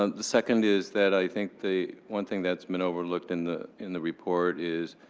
ah the second is that i think the one thing that's been overlooked in the in the report is,